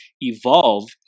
evolve